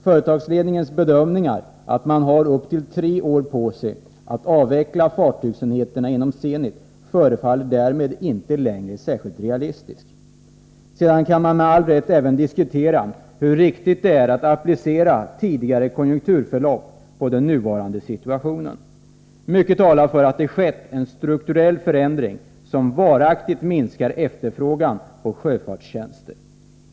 Företagsledningens bedömning att man har upp till tre år på sig att avveckla fartygsenheterna inom Zenit förefaller därmed inte längre särskilt realistisk. Sedan kan man med all rätt även diskutera hur riktigt det är att applicera tidigare konjunkturförlopp på den nuvarande situationen. Mycket talar för att det skett en strukturell förändring som varaktigt minskar efterfrågan på sjöfartstjänster.